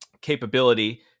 capability